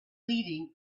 leading